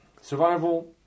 Survival